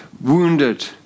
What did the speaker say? wounded